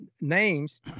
names